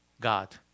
God